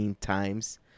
times